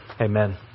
Amen